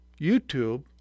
YouTube